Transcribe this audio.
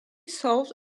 solved